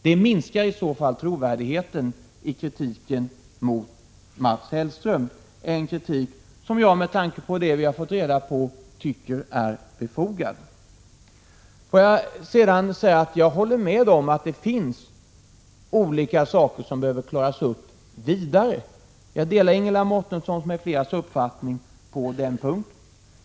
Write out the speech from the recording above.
Det minskar i så fall trovärdigheten i kritiken mot Mats Hellström, en kritik som jag med tanke på vad vi har fått reda på tycker är befogad. Jag håller med om att det finns ytterligare saker att klara ut. På den punkten delar jag Ingela Mårtenssons m.fl. uppfattning.